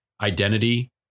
identity